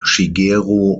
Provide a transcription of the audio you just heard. shigeru